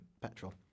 petrol